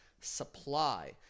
supply